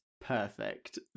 perfect